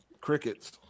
Crickets